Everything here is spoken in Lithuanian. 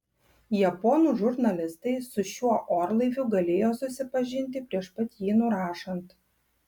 japonų žurnalistai su šiuo orlaiviu galėjo susipažinti prieš pat jį nurašant